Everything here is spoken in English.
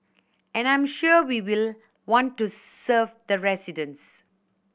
and I'm sure we will want to serve the residents